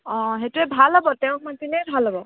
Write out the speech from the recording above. অঁ সেইটোৱে ভাল হ'ব তেওঁক মাতিলেই ভাল হ'ব